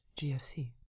GFC